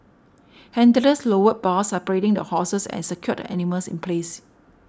handlers lowered bars separating the horses and secured the animals in place